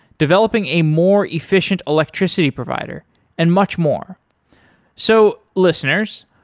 developing a more efficient electricity provider and much more so listeners,